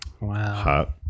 wow